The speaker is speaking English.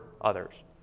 others